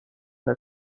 der